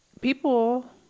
people